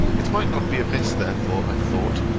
it might not be amiss therefore, i thought,